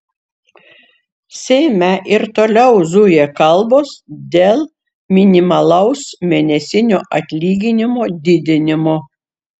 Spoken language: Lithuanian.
seime ir toliau zuja kalbos dėl minimalaus mėnesinio atlyginimo didinimo